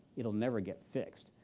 it'll never get fixed.